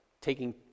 taking